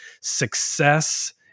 success